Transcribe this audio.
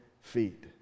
feet